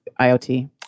IoT